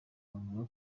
avuga